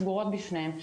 סגורות בפניהם.